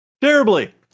Terribly